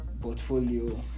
portfolio